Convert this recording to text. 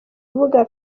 rubuga